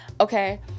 okay